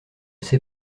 sais